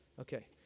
Okay